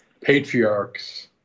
patriarchs